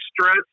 stress